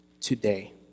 today